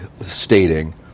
stating